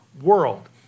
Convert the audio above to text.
world